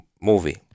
movie